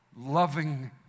Loving